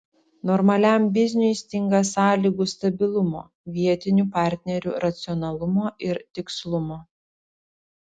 normaliam bizniui stinga sąlygų stabilumo vietinių partnerių racionalumo ir tikslumo